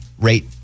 rate